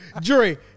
Jury